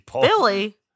Billy